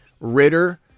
Ritter